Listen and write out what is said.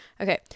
okay